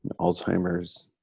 Alzheimer's